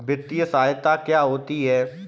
वित्तीय सहायता क्या होती है?